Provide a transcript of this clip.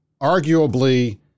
arguably